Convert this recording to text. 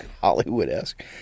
Hollywood-esque